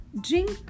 Drink